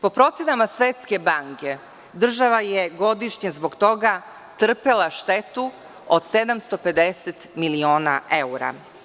Po procenama Svetske banke, država je godišnje zbog toga trpela štetu od 750 miliona evra.